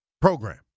program